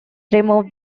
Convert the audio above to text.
removed